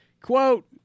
quote